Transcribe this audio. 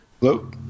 Hello